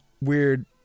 weird